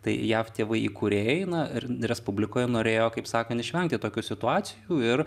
tai jav tėvai įkūrėjai na ir respublikoje norėjo kaip sakant išvengti tokių situacijų ir